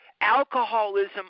alcoholism